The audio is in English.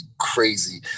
crazy